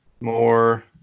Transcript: more